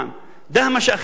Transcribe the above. דהמש הוא אכן דוגמה.